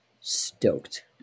Stoked